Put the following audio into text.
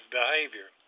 behavior